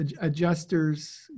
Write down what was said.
adjusters